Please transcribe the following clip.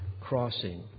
crossing